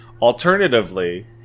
alternatively